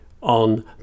on